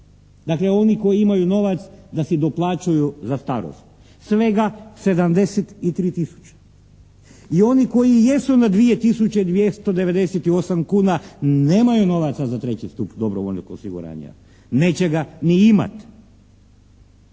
Dakle oni koji imaju novac da si doplaćuju za starost, svega 73 tisuće. I oni koji jesu na 2 tisuće 298 kuna nemaju novaca za III. stup dobrovoljnog osiguranja, neće ga ni imat.